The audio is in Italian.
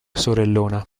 sorellona